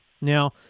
Now